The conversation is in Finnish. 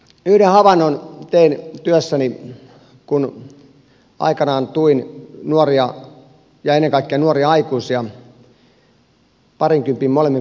yhden havainnon tein työssäni kun aikanaan tuin nuoria ja ennen kaikkea nuoria aikuisia parinkympin molemmin puolin olevia miehiä